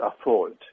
afford